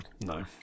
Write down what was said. no